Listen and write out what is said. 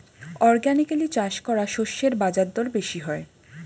organically চাষ করা শস্যের বাজারদর বেশি হয়